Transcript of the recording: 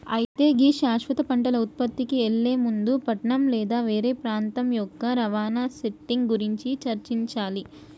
అయితే గీ శాశ్వత పంటల ఉత్పత్తికి ఎళ్లే ముందు పట్నం లేదా వేరే ప్రాంతం యొక్క రవాణా సెట్టింగ్ గురించి చర్చించాలి